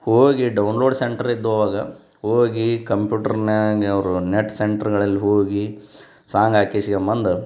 ಹೋಗಿ download centre ಇದ್ದವು ಅವಾಗ ಹೋಗಿ ಕಂಪ್ಯೂಟ್ರ್ನಾಗೆ ಅವರು ನೆಟ್ ಸೆಂಟ್ರ್ಗಳಲ್ಲಿ ಹೋಗಿ ಸಾಂಗ್ ಹಾಕಿಸ್ಕೊಂಬಂದು